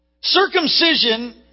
Circumcision